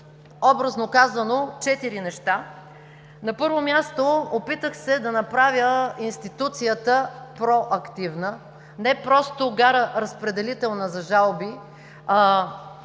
образно казано, четири неща. На първо място, опитах се да направя институцията проактивна, не просто гара „Разпределителна“ за жалби, а омбудсман